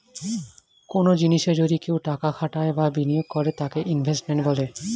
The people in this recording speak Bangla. কনো জিনিসে যদি কেউ টাকা খাটায় বা বিনিয়োগ করে তাকে ইনভেস্টমেন্ট বলে